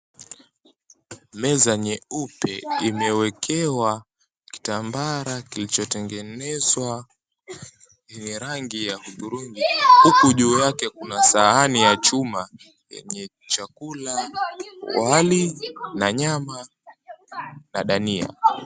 Meza nyeupe imewekewa kitambara kilichotengenezwa, chenye rangi ya hudhurungi. Huku juu yake kuna sahani ya chuma yenye chakula, wali na nyama na dania.